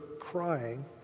crying